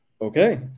Okay